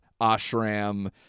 ashram